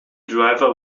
driver